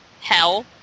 hell